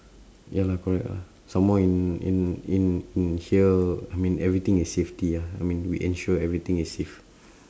ya lah correct lah some more in in in in here I mean everything is safety lah I mean we ensure everything is safe